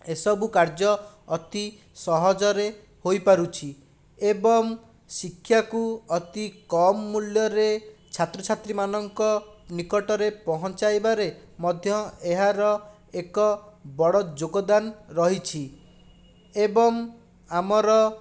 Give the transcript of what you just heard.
ଏସବୁ କାର୍ଯ୍ୟ ଅତି ସହଜରେ ହୋଇପାରୁଛି ଏବଂ ଶିକ୍ଷାକୁ ଅତି କମ୍ ମୂଲ୍ୟରେ ଛାତ୍ରଛାତ୍ରୀମାନଙ୍କ ନିକଟରେ ପହଞ୍ଚାଇବାରେ ମଧ୍ୟ ଏହାର ଏକ ବଡ଼ ଯୋଗଦାନ ରହିଛି ଏବଂ ଆମର